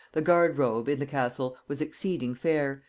the garde robe in the castle was exceeding fair,